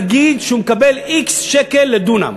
נגיד שהוא מקבל x שקל לדונם